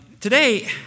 Today